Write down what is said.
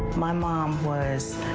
my mom was.